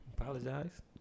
apologize